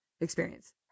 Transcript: experience